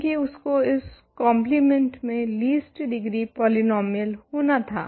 क्यूंकी उसको इस कोम्प्लेमेंट में लीस्ट डिग्री पोलिनोमियल होना था